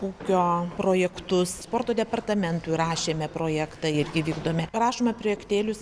ūkio projektus sporto departamentui rašėme projektą irgi vykdome rašome projektėlius